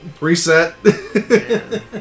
Reset